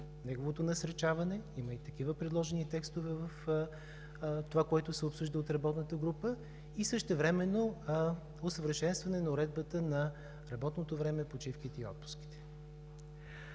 неговото насърчаване – има и такива предложени текстове в това, което се обсъжда от работната група, и същевременно – усъвършенстване на уредбата на работното време, почивките и отпуските.